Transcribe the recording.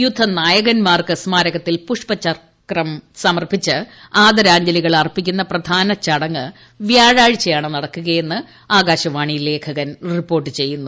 യുദ്ധ നായകൻമാർക്ക് സ്മാരകത്തിൽ പുഷ്പചക്രം സമർപ്പിച്ച് ആദരാഞ്ജലികൾ അർപ്പിക്കുന്ന പ്രധാന ചടങ്ങ് വ്യാഴാഴ്ചയാണ് നടക്കുകയെന്ന് ആകാശവാണി ലേഖകൻ റിപ്പോർട്ട് ചെയ്യുന്നു